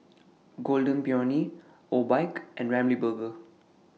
Golden Peony Obike and Ramly Burger